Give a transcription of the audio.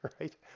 right